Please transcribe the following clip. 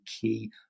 key